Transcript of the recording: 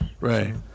Right